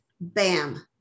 Bam